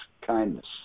kindness